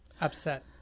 upset